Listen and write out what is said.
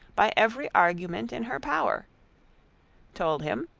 by every argument in her power told him,